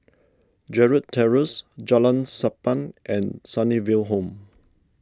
Gerald Terrace Jalan Sappan and Sunnyville Home